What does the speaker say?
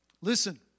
Listen